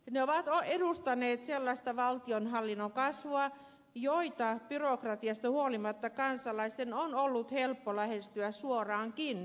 ne ovat edustaneet sellaisen valtionhallinnon kasvua jota byrokratiasta huolimatta kansalaisten on ollut helppo lähestyä suoraankin